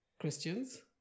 Christians